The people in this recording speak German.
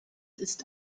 ist